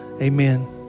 Amen